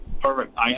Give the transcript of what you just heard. Perfect